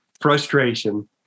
frustration